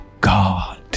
God